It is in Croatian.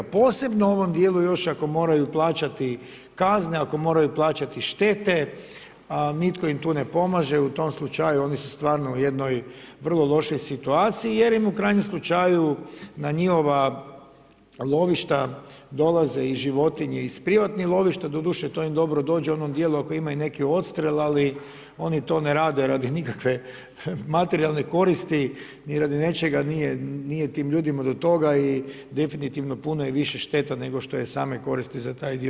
Posebno u ovom dijelu još ako moraju plaćati kazne, ako moraju plaćati štete a nitko im tu ne pomaže, u tom slučaju oni su stvarno u jednoj vrlo lošoj situaciji jer im u krajnjem slučaju na njihova lovišta dolaze i životinje iz privatnih lovišta, doduše to im dobro dođe u onom dijelu ako imaju neki odstrel ali oni to ne rade radi nikakve materijalne koristi ni radi nečega, nije, nije tim ljudima do toga i definitivno puno je više šteta nego što je same koristi za taj dio.